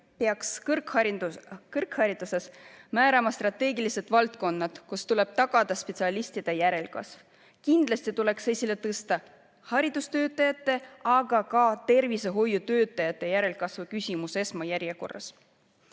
peaks kõrghariduses määrama strateegilised valdkonnad, kus tuleb tagada spetsialistide järelkasv. Kindlasti tuleks esmajärjekorras esile tõsta haridustöötajate, aga ka tervishoiutöötajate järelkasvu küsimus. Kolmas